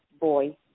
boy